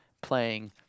playing